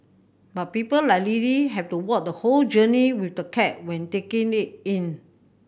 but people like Lily have to walk the whole journey with the cat when taking it in